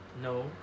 No